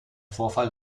vorfall